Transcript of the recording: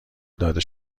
داده